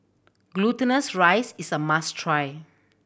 Glutinous Rice Cake is a must try